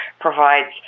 provides